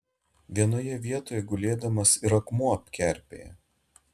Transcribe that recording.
vienoje vietoj gulėdamas ir akmuo apkerpėja